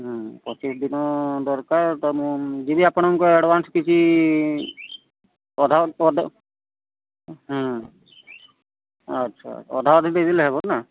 ହ୍ନୁଁ ପଚିଶ ଦିନ ଦରକାର ତ ମୁଁ ଯିବି ଆପଣଙ୍କୁ ଆଡଭାନ୍ସ କିଛି ହ୍ନୁ ଆଚ୍ଛା ଅଧାଅଧି ଦେଇଦେଲେ ହେବ ନା